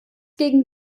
gegen